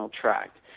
tract